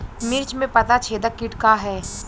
मिर्च में पता छेदक किट का है?